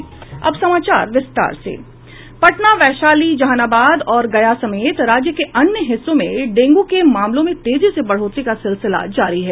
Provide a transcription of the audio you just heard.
पटना वैशाली जहानाबाद और गया समेत राज्य के अन्य हिस्सों में डेंग् के मामलों में तेजी से बढ़ोतरी का सिलसिला जारी है